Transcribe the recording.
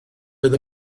fydd